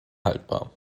haltbar